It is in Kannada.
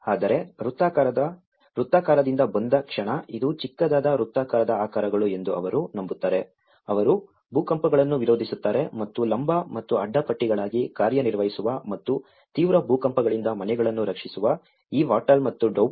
ಆದರೆ ವೃತ್ತಾಕಾರದಿಂದ ಬಂದ ಕ್ಷಣ ಇದು ಚಿಕ್ಕದಾದ ವೃತ್ತಾಕಾರದ ಆಕಾರಗಳು ಎಂದು ಅವರು ನಂಬುತ್ತಾರೆ ಅವರು ಭೂಕಂಪಗಳನ್ನು ವಿರೋಧಿಸುತ್ತಾರೆ ಮತ್ತು ಲಂಬ ಮತ್ತು ಅಡ್ಡ ಪಟ್ಟಿಗಳಾಗಿ ಕಾರ್ಯನಿರ್ವಹಿಸುವ ಮತ್ತು ತೀವ್ರ ಭೂಕಂಪಗಳಿಂದ ಮನೆಗಳನ್ನು ರಕ್ಷಿಸುವ ಈ ವಾಟಲ್ ಮತ್ತು ಡೌಬ್